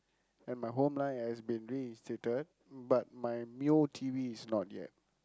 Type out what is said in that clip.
and my home line has been reinstated but my Mio T_V is not yet